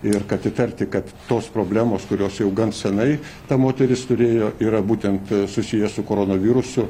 ir kad įtarti kad tos problemos kurios jau gan senai ta moteris turėjo yra būtent susiję su koronavirusu